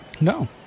No